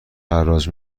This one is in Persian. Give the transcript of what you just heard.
حراج